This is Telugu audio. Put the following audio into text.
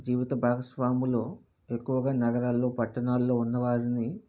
జీవిత భాగస్వాములు ఎక్కువగా నగరాల్లో పట్టణాల్లో ఉన్నవారిని